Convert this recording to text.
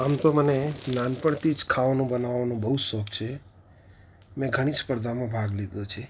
આમ તો મને નાનપણથી જ ખાવાનું બનાવવાનો બહુ શોખ છે મેં ઘણી સ્પર્ધામાં ભાગ લીધો છે